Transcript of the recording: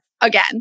again